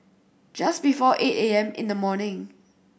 just before eight A M in the morning